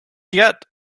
yet